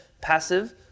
passive